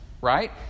Right